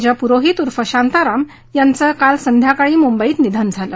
ज पुरोहित उर्फ शांताराम यांचं काल संध्याकाळी मुंबईत निधन झालं